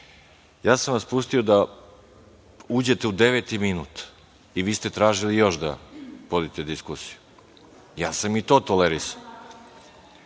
ja sam vas pustio da uđete u deveti minut i vi ste tražili još da vodite diskusiju. Ja sam i to tolerisao.(Nataša